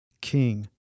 king